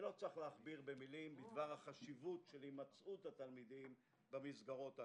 ולא צריך להכביר במילים בדבר החשיבות של הימצאות התלמידים במסגרות הללו.